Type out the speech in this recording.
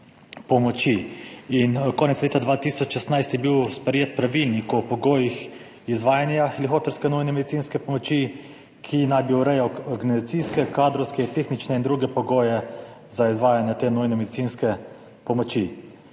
pomoči. Konec leta 2016 je bil sprejet Pravilnik o pogojih izvajanja helikopterske nujne medicinske pomoči, ki naj bi urejal organizacijske, kadrovske, tehnične in druge pogoje za izvajanje te nujne medicinske pomoči.